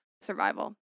survival